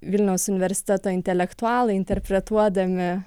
vilniaus universiteto intelektualai interpretuodami